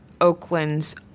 Oakland's